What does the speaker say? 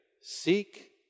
Seek